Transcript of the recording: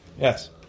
Yes